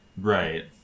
Right